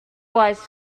was